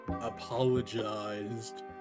apologized